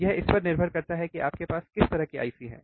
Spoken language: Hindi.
यह इस पर निर्भर करता है कि आपके पास किस तरह की आईसी है